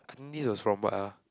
I think this was from what ah